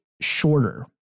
shorter